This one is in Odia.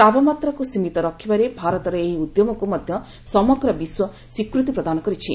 ତାପମାତ୍ରାକୁ ସୀମିତ ରଖିବାରେ ଭାରତର ଏହି ଉଦ୍ୟମକୁ ମଧ୍ୟ ସମଗ୍ର ବିଶ୍ୱ ସ୍ୱୀକୃତି ପ୍ରଦାନ କରିଛି